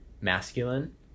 masculine